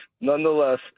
nonetheless